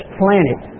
planet